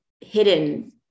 hidden